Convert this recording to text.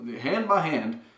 hand-by-hand